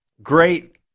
Great